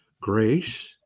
Grace